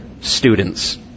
students